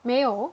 没有